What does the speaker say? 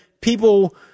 people